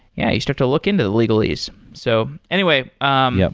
yeah you start to look into the legalese. so anyway um yeah.